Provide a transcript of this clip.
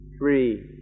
three